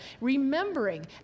Remembering